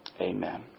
Amen